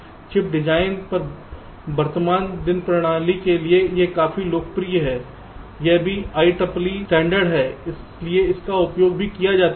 chip design पर वर्तमान दिन प्रणाली के लिए यह काफी लोकप्रिय है यह भी एक IEEE स्टैण्डर्ड है इसलिए इसका उपयोग भी किया जाता है